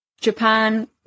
Japan